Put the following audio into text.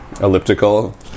elliptical